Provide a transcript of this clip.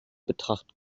betracht